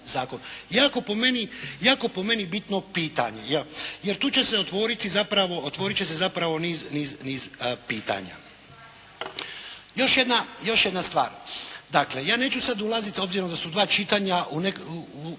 Jako po meni bitno pitanje jer tu će se otvoriti zapravo niz pitanja. Još jedna stvar. Dakle, ja neću sada ulaziti obzirom da su dva čitanja u